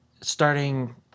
starting